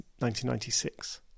1996